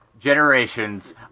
Generations